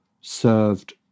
served